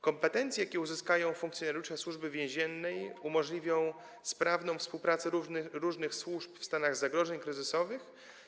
Kompetencje, jakie uzyskają funkcjonariusze Służby Więziennej, umożliwią sprawną współpracę różnych służb w stanach zagrożeń kryzysowych.